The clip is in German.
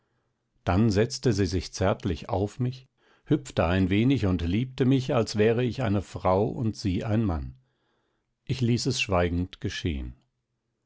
dann setzte sie sich zärtlich auf mich hüpfte ein wenig und liebte mich als wäre ich eine frau und sie ein mann ich ließ es schweigend geschehen